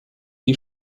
die